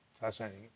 Fascinating